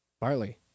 barley